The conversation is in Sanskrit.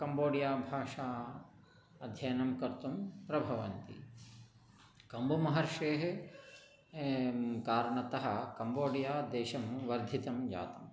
कम्बोडिया भाषायाः अध्ययनं कर्तुं प्रभवन्ति कम्बुमहर्षेः कारणतः कम्बोडिया देशं वर्धितं जातम्